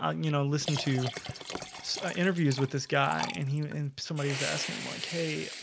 um you know listen to interviews with this guy and he and somebody was asking him like hey,